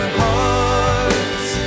hearts